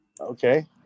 okay